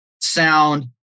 sound